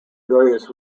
various